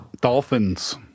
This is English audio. Dolphins